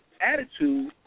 attitude